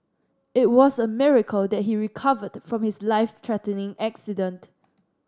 it was a miracle that he recovered from his life threatening accident